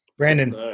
Brandon